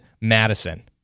Madison